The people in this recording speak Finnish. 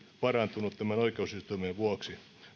parantunut tämän oikeusistuimen vuoksi